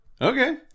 Okay